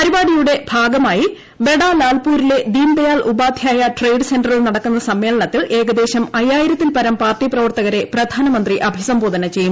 പരിപാടിയുടെ ഭാഗമായി ബഡാ ലാൽപൂരിലെ ദീൻ ദയാൽ ഉപാധ്യായ ട്രേഡ് സെന്ററിൽ നടക്കുന്ന സമ്മേളനത്തിൽ ഏകദേശം അയ്യായിരത്തിൽപ്പരം പാർട്ടി പ്രവർത്തകരെ പ്രധാനമന്ത്രി അഭിസംബോധന ചെയ്യും